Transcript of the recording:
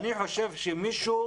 אני חושב שמישהו